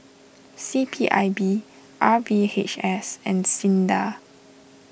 C P I B R V H S and Sinda